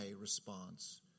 response